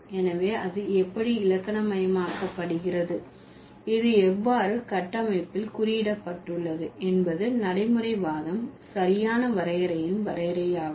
எனவே அது எப்படி இலக்கணமயமாக்க படுகிறது இது எவ்வாறு கட்டமைப்பில் குறியிடப்பட்டுள்ளது என்பது நடைமுறைவாதம் சரியான வரையறையின் வரையறையாகும்